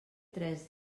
tres